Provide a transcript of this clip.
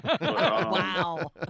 Wow